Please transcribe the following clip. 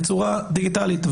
בצורה דיגיטלית.